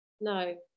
No